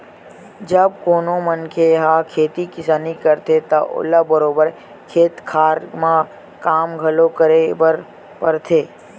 जब कोनो मनखे ह खेती किसानी करथे त ओला बरोबर खेत खार म काम घलो करे बर परथे